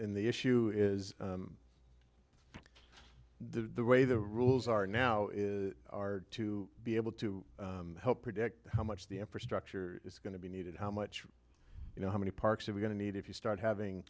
in the issue is the way the rules are now are to be able to help predict how much the infrastructure is going to be needed how much you know how many parks have going to need if you start having